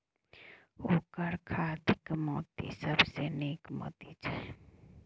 ओकर खाधिक मोती सबसँ नीक मोती छै